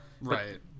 right